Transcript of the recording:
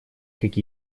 как